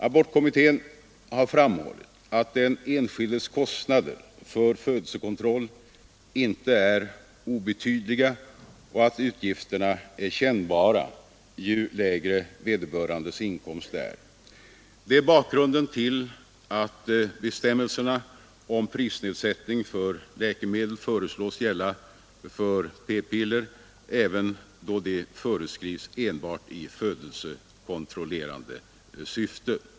Abortkommittén har framhållit att den enskildes kostnader för födelsekontroll inte är obetydliga och att utgifterna är kännbarare ju lägre vederbörandes inkomst är. Det är bakgrunden till att bestämmelserna om prisnedsättning för läkemedel föreslås gälla för p-piller även då de förskrivs enbart i födelsekontrollerande syfte.